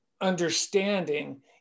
understanding